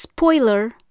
spoiler